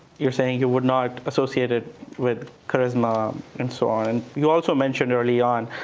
you're saying you would not associate it with charisma and so on. you also mentioned, early on,